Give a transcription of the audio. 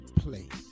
place